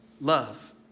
love